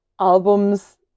albums